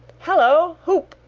halloa! hoop!